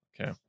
okay